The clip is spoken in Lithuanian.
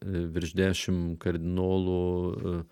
virš dešimt kardinolų